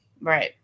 Right